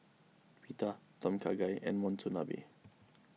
Pita Tom Kha Gai and Monsunabe